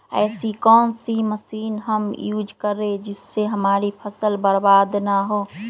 ऐसी कौन सी मशीन हम यूज करें जिससे हमारी फसल बर्बाद ना हो?